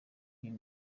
uyu